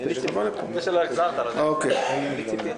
אני רוצה להשלים.